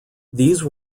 these